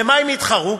במה הן יתחרו?